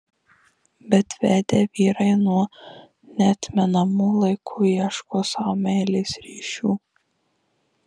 bet vedę vyrai nuo neatmenamų laikų ieško sau meilės ryšių